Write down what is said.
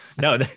No